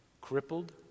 Crippled